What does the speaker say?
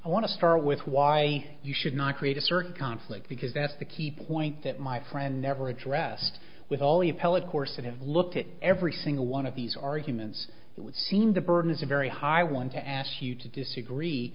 i want to start with why you should not create a certain conflict because that's the key point that my friend never addressed with all the appellate courts that have looked at every single one of these arguments it would seem the burden is a very high one to ask you to disagree